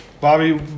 Bobby